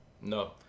No